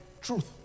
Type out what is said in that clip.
Truth